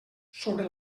sobre